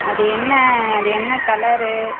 அது என்ன அது என்ன கலரு